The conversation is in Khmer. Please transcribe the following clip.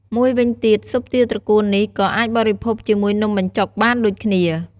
មួយវិញទៀត ស៊ុបទាត្រកួននេះក៏អាចបរិភោគជាមួយនំបញ្ចុកបានដូចគ្នា។